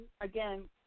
again